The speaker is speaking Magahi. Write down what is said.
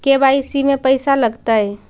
के.वाई.सी में पैसा लगतै?